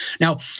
now